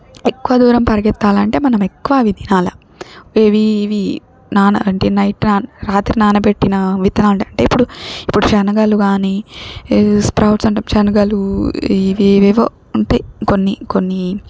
ఎక్కువ దూరం పరిగెత్తాలి అంటే మనం మనం ఎక్కువ అవి తినాల ఏవి ఇవి నాన అంటే నైట్ నానబెట్టి రాత్రి నానబెట్టిన విత్తనాలు ఉంటాయి అంటే ఇప్పుడు ఇప్పుడు శనగలు కానీ స్ప్రౌట్స్ అంటాం శనగలు ఇవి ఏవేవో ఉంటాయి కొన్ని కొన్ని